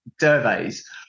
surveys